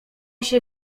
się